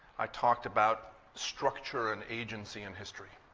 i talked about structure, and agency, and history,